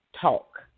talk